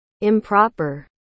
Improper